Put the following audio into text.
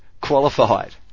qualified